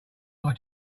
are